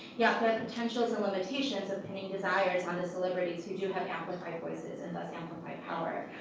yeah, but potentials and limitations of pinning desires on the celebrities who do have amplified voices, and thus amplified power.